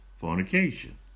Fornication